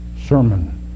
sermon